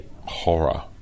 horror